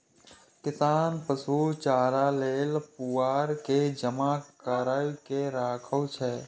किसान पशु चारा लेल पुआर के जमा कैर के राखै छै